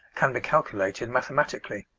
can be calculated mathematically.